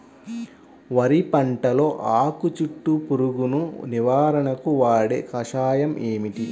వరి పంటలో ఆకు చుట్టూ పురుగును నివారణకు వాడే కషాయం ఏమిటి?